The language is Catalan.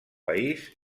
país